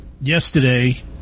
yesterday